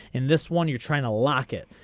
in this one you're trying to lock it.